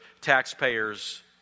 taxpayers